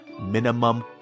minimum